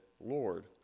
Lord